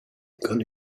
kann